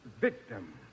victim